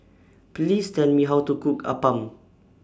Please Tell Me How to Cook Appam